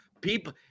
People